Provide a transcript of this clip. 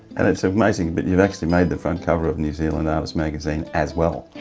and it's amazing but you've actually made the font cover of new zealand artist magazine as well,